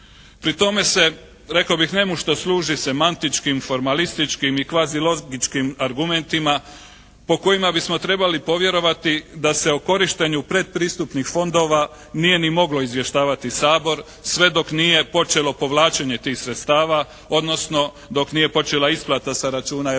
se ne razumije./… služi semantičkim, formalističkim i kvazilogičkim argumentima po kojima bismo trebali povjerovati da se o korištenju predpristupnih fondova nije ni moglo izvještavati Sabor sve dok nije počelo povlačenje tih sredstava, odnosno dok nije počela isplata sa računa Europske